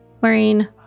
Wearing